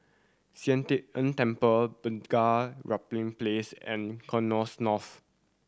Sian Teck Tng Temple Bunga Rampai Place and North